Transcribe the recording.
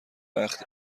وقت